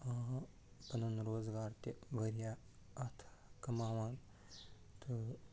پَنُن روزٕگار تہِ واریاہ اَتھ کماوان تہٕ